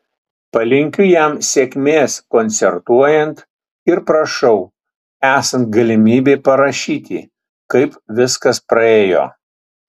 palinkiu jam sėkmės koncertuojant ir prašau esant galimybei parašyti kaip viskas praėjo